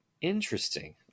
interesting